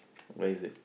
where's it